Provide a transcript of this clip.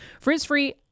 Frizz-free